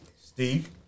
Steve